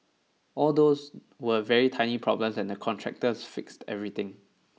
all those were very tiny problems and the contractors fixed everything